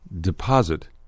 deposit